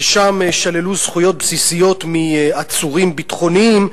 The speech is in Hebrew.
ששם שללו זכויות בסיסיות מעצורים ביטחוניים,